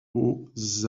aux